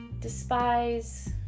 despise